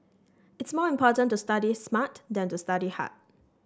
it's more important to study smart than to study hard